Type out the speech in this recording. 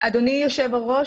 אדוני היושב ראש,